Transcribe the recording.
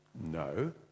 No